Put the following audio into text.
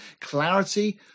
clarity